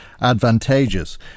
advantageous